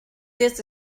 this